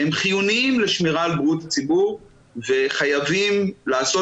חיוניים לשמירה על בריאות הציבור וחייבים לעשות